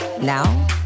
Now